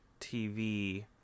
TV